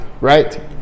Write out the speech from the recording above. right